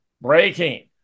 breaking